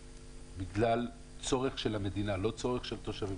בגלל צורך של המדינה לא צורך של התושבים,